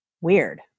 weird